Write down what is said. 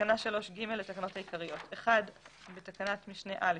בתקנה 3ג לתקנות העיקריות - בתקנת משנה (א),